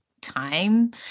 time